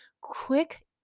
quick